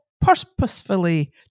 purposefully